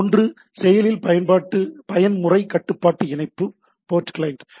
ஒன்று செயலில் பயன்முறை கட்டுப்பாட்டு இணைப்பு போர்ட் கிளையன்ட்